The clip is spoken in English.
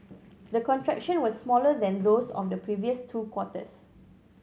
the contraction was smaller than those of the previous two quarters